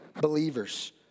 believers